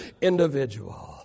individual